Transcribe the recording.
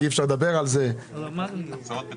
כרגע הרכבת הקלה מונגשת.